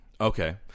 Okay